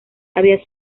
había